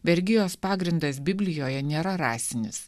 vergijos pagrindas biblijoje nėra rasinis